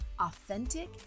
authentic